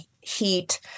heat